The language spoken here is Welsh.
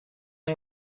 yng